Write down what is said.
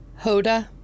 Hoda